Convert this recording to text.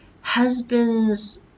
husband's